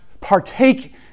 partake